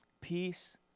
Peace